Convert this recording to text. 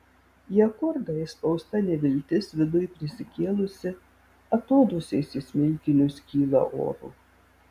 į akordą įspausta neviltis viduj prisikėlusi atodūsiais į smilkinius kyla oru